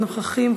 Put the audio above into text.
לא נוכחים,